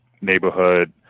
neighborhood